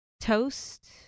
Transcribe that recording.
toast